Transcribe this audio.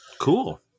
Cool